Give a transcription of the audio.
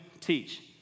Teach